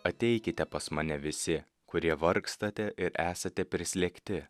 ateikite pas mane visi kurie vargstate ir esate prislėgti